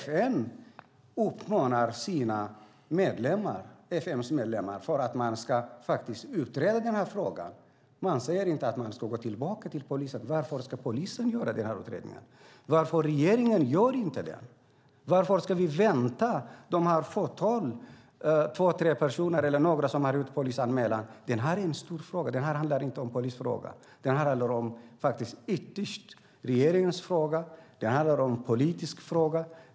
FN uppmanar sina medlemmar att utreda denna fråga. FN säger inte att man ska gå till polisen. Varför ska polisen göra denna utredning? Varför gör inte regeringen det? Varför ska vi vänta på att den polisanmälan som två tre personer har gjort ska utredas? Detta är en stor fråga. Detta är inte en polisfråga. Det är ytterst regeringens fråga. Det är en politisk fråga.